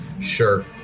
Sure